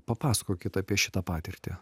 papasakokit apie šitą patirtį